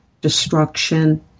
destruction